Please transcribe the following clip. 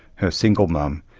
her single mum,